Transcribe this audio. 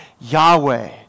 Yahweh